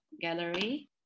gallery